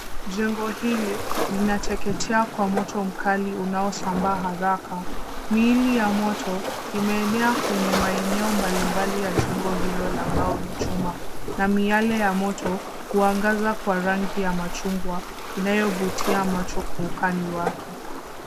Jengo hili linateketea kwa moto mkali unaosambaa haraka. Miili ya moto imeenea kwenye maeneo mbalimbali ya jengo hilo la mbao na chuma, na miale ya moto huangaza kwa rangi ya machungwa inayovutia macho kwa ukali wake.